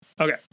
Okay